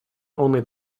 only